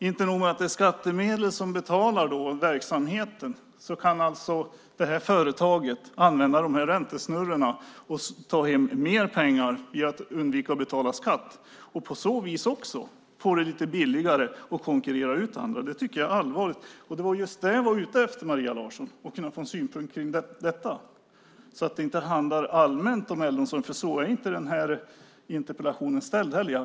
Inte nog med att det är skattemedel som betalar verksamheten kan företaget använda räntesnurrorna och ta hem mer pengar genom att undvika att betala skatt. På så vis blir det billigare att konkurrera ut andra. Det är allvarligt. Det handlar inte allmänt om äldreomsorgen, för så är inte den här interpellationen framställd.